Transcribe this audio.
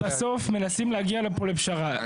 בסוף, מנסים להגיע לפה לפשרה.